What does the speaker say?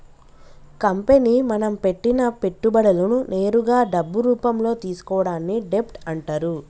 company మనం పెట్టిన పెట్టుబడులను నేరుగా డబ్బు రూపంలో తీసుకోవడాన్ని డెబ్ట్ అంటరు